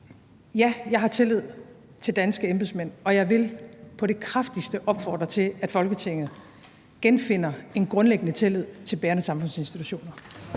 Ja, jeg har tillid til danske embedsmænd, og jeg vil på det kraftigste opfordre til, at Folketinget genfinder en grundlæggende tillid til bærende samfundsinstitutioner.